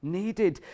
needed